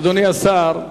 אדוני השר,